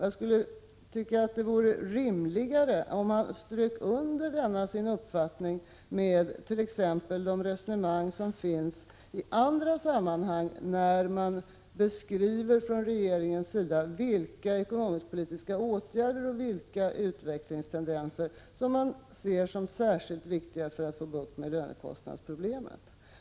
Jag tycker att det vore rimligare om han strök under denna sin uppfattning med t.ex. de resonemang som finns i andra sammanhang, när regeringen beskriver vilka ekonomiskpolitiska åtgärder och vilka utvecklingstendenser som man ser som särskilt viktiga för att få bukt med lönekostnadsproblemet.